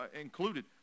included